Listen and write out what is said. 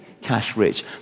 cash-rich